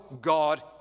God